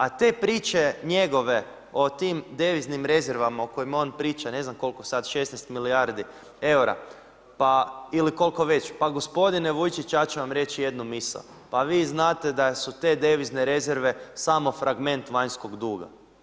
A te priče njegove o tim deviznim rezervama o kojima on priča, ne znam koliko sad, 16 milijardi eura ili kolko već, pa gospodine Vujčić ja ću vam reći jednu misao, pa vi znate da su devizne rezerve samo fragment vanjskog duga.